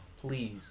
Please